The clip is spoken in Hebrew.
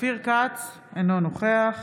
אופיר כץ, אינו נוכח